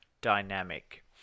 dynamic